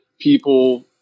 people